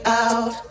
out